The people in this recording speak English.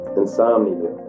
insomnia